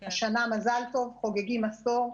השנה, מל טוב, חוגגים עשור.